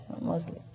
mostly